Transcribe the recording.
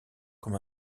comme